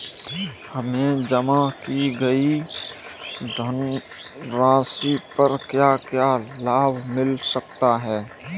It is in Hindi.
हमें जमा की गई धनराशि पर क्या क्या लाभ मिल सकता है?